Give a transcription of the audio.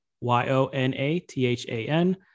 y-o-n-a-t-h-a-n